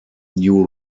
new